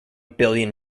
billion